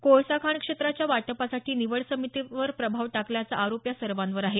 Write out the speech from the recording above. कोळसा खाणक्षेत्राच्या वाटपासाठी निवड समितीवर प्रभाव टाकल्याचा आरोप या सर्वांवर आहे